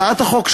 הצעת החוק,